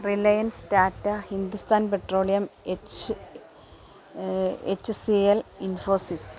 reliance Tata Hindustan petroleum H H C L Infosys